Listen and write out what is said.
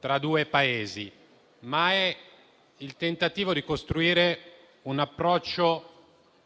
tra due Paesi, ma del tentativo di costruire un approccio